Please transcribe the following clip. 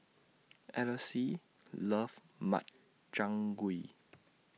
Eloise loves Makchang Gui